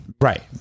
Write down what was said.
right